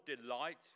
delight